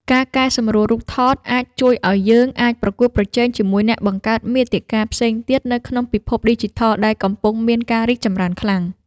ការកែសម្រួលរូបថតអាចជួយឱ្យយើងអាចប្រកួតប្រជែងជាមួយអ្នកបង្កើតមាតិកាផ្សេងទៀតនៅក្នុងពិភពឌីជីថលដែលកំពុងមានការរីកចម្រើនខ្លាំង។